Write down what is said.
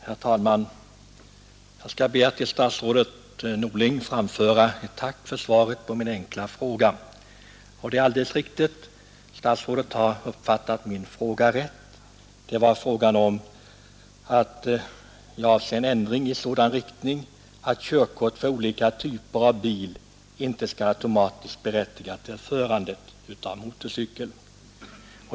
Herr talman! Jag ber att till statsrådet Norling få rikta ett tack för svaret på min enkla fråga. Statsrådet har uppfattat min fråga alldeles riktigt; den avser en ändring av motorfordonsförordningen så att körkort för olika typer av bil inte skall automatiskt berättiga till förande av motorcykel.